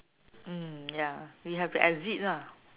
mm ya we have to exit lah